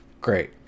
great